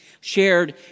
shared